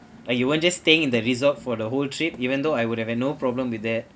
like you want just staying in the resort for the whole trip even though I would have a no problem with that